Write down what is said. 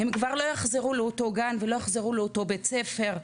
הם כבר לא יחזרו לאותו גן ולא יחזרו לאותו בית ספר.